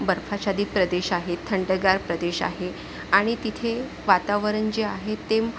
बर्फाच्छादित प्रदेश आहे थंडगार प्रदेश आहे आणि तिथे वातावरण जे आहे ते